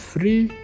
Free